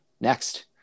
next